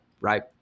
right